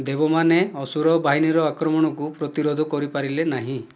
ଦେବମାନେ ଅସୁର ବାହିନୀର ଆକ୍ରମଣକୁ ପ୍ରତିରୋଧ କରିପାରିଲେ ନାହିଁ